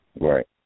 Right